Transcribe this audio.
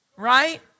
right